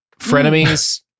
frenemies